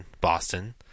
Boston